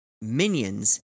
Minions